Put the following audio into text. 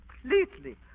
completely